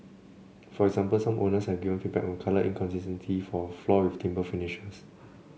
for example some owners have given feedback on colour inconsistencies for floors with timber finishes